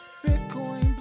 Bitcoin